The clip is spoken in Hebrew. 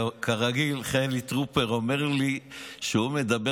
כרגיל חילי טרופר אומר לי שהוא מדבר